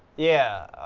yeah,